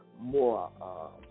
more